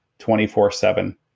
24-7